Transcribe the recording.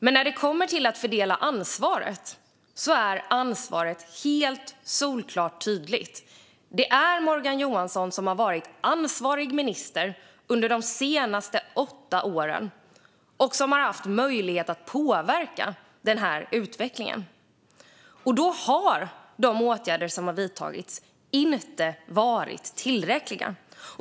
Men när det gäller att fördela ansvar är ansvaret helt solklart tydligt. Det är Morgan Johansson som varit ansvarig minister under de senaste åtta åren och som haft möjlighet att påverka den här utvecklingen, och de åtgärder som då vidtagits har inte varit tillräckliga.